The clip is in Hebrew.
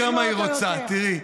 תראי כמה היא רוצה, תראי.